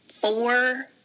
four